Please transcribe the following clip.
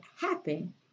happen